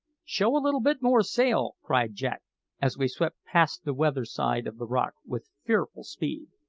show a little bit more sail! cried jack as we swept past the weather side of the rock with fearful speed.